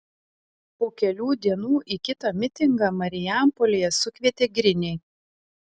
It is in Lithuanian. po kelių dienų į kitą mitingą marijampolėje sukvietė griniai